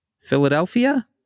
Philadelphia